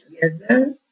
together